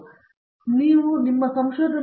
professor Rajesh Kumar ನೀವು ಅದನ್ನು ಆನಂದಿಸಲು ಬೇಕು